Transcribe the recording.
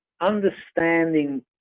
understanding